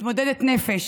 היא מתמודדת נפש,